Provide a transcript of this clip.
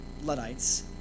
Luddites